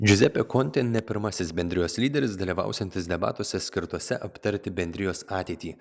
džiuzepė kontė ne pirmasis bendrijos lyderis dalyvausiantis debatuose skirtuose aptarti bendrijos ateitį